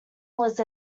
was